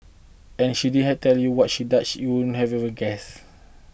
and if she didn't tell you what she does you wouldn't even have guessed